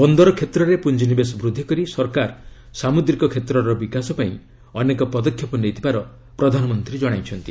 ବନ୍ଦର କ୍ଷେତ୍ରରେ ପୁଞ୍ଜିନିବେଶ ବୃଦ୍ଧି କରି ସରକାର ସାମୁଦ୍ରିକ କ୍ଷେତ୍ରର ବିକାଶ ପାଇଁ ଅନେକ ପଦକ୍ଷେପ ନେଇଥିବାର ପ୍ରଧାନମନ୍ତ୍ରୀ ଜଣାଇଛନ୍ତି